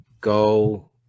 go